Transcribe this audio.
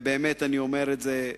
ובאמת, אני אומר את זה,